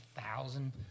thousand